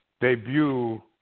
debut